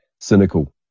cynical